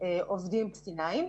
עובדים פלסטינאים,